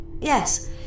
Yes